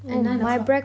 at nine o'clock